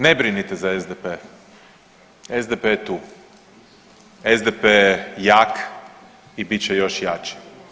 Ne brinite za SDP, SDP je tu, SDP je jak i bit će još jači.